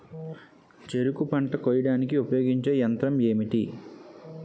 చెరుకు పంట కోయడానికి ఉపయోగించే యంత్రం ఎంటి?